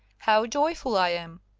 how joyful i am!